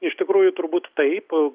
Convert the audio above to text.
iš tikrųjų turbūt taip